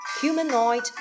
Humanoid